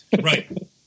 Right